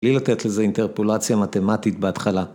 ‫לי לתת לזה אינטרפולציה מתמטית ‫בהתחלה.